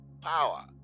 Power